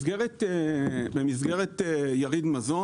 במסגרת יריד מזון